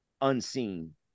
unseen